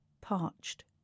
parched